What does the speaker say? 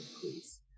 please